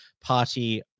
party